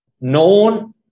known